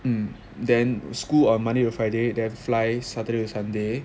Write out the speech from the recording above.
hmm then school on monday to friday then fly saturday or sunday